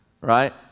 right